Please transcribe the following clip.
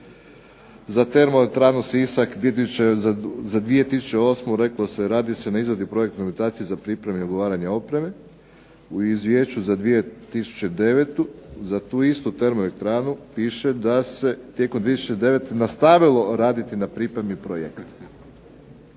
za Termoelektranu Sisak, za 2008. radi se na izradi projektne ... za pripreme i ugovaranja opreme, u Izvješću za 2009. za tu istu Termoelektranu piše da se tijekom 2009. nastavilo raditi na pripremi projekta.